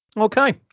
Okay